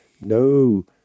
no